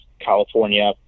California